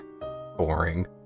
Boring